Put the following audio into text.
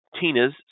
Tina's